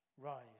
Rise